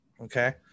okay